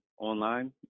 online